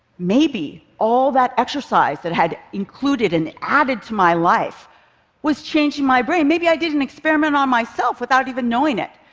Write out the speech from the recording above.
maybe all that exercise that i had included and added to my life was changing my brain. maybe i did an experiment on myself without even knowing it.